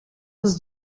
was